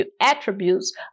attributes